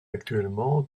actuellement